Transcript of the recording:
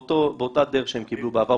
באותה דרך שהן קיבלו בעבר,